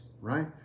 right